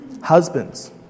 Husbands